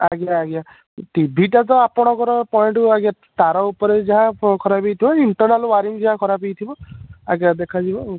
ଆଜ୍ଞା ଆଜ୍ଞା ଟିଭିଟା ତ ଆପଣଙ୍କର ପଏଣ୍ଟକୁ ଆଜ୍ଞା ତାର ଉପରେ ଯାହା ପ ଖରାପ ହେଇଥିବା ଇଣ୍ଟରନାଲ୍ ୱାରିଙ୍ଗ ଯାହା ଖରାପ ହେଇଥିବ ଆଜ୍ଞା ଦେଖାଯିବ ଆଉ